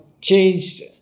changed